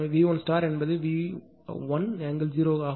எனவே V1 என்பது 1∠0 ஆகும்